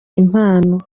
impano